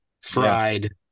fried